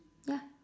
yeah